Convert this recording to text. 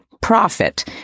profit